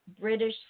British